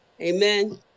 Amen